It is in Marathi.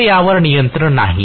माझे यावर नियंत्रण नाही